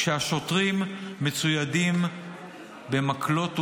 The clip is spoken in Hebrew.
כשהשוטרים מצוידים במקלות ובאבנים.